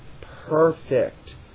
perfect